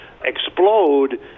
explode